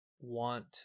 want